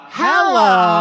hello